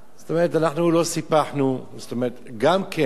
זאת אומרת, אנחנו לא סיפחנו, זאת אומרת, גם כן,